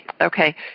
Okay